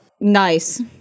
Nice